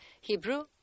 Hebrew